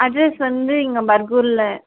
address வந்து இங்கே பர்கூரில்